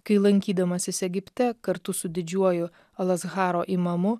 kai lankydamasis egipte kartu su didžiuoju alasharo imamu